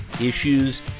issues